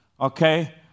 Okay